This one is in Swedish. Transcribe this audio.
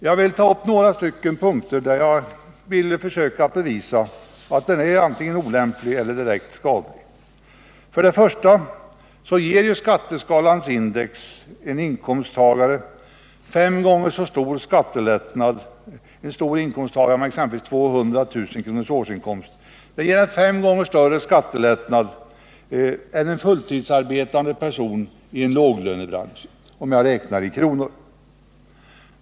Jag vill i några punkter bevisa att den är olämplig eller direkt skadlig. 1. Skatteskalans index ger i dag en inkomsttagare med 200 000 kr. i årsinkomst fem gånger så stor skattelättnad som för en fulltidsarbetande person i en låglönebransch i kronor räknat.